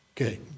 okay